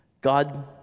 God